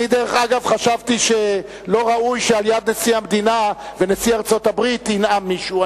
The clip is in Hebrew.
חשבתי שלא ראוי שעל-יד נשיא המדינה ונשיא ארצות-הברית ינאם מישהו.